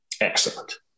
Excellent